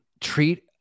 Treat